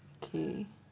okay